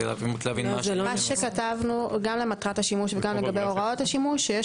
מה שכתבנו גם למטרת השימוש וגם לגבי הוראות השימוש שיש